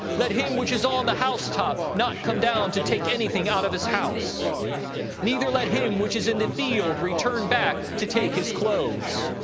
let him which is on the housetop not come down to take any thing out of his house neither let him which is in the field return back to take his clothes.